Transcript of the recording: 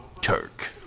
Turk